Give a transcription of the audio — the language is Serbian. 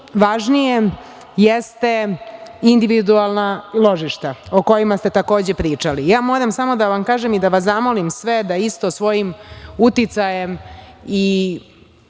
važnije jeste individualna ložišta, o kojima ste takođe pričali. Moram da vam kažem, i da vas zamolim sve, da isto svojim uticajem i